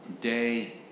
day